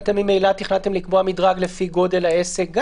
ממילא תכננתם לקבוע מדרג לפי גודל העסק.